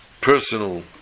personal